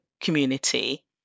community